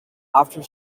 after